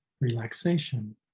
relaxation